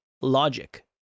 logic